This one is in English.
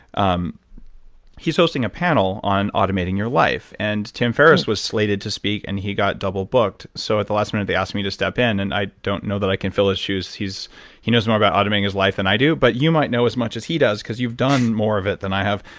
um he's hosting a panel on automating your life. and tim ferriss was slated to speak and he got double booked, so at the last minute they asked me to step in. and i don't know that i can fill his shoes. he knows more about automating his life than i do, but you might know as much as he does because you've done more of it than i have.